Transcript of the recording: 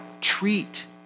treat